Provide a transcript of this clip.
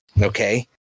Okay